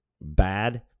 bad